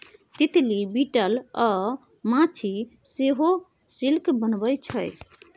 तितली, बिटल अ माछी सेहो सिल्क बनबै छै